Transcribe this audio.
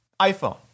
iPhone